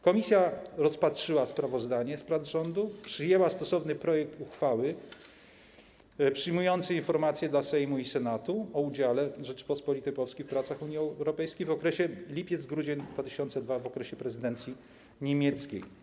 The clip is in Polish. Komisja rozpatrzyła sprawozdanie z prac rządu, przyjęła stosowny projekt uchwały mający na celu przyjęcie informacji dla Sejmu i Senatu o udziale Rzeczypospolitej Polskiej w pracach Unii Europejskiej w okresie lipiec-grudzień 2020 r., w okresie prezydencji niemieckiej.